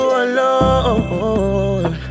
alone